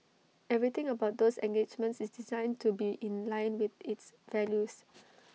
everything about those engagements is designed to be in line with its values